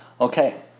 Okay